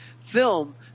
film